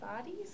bodies